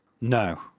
No